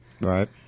right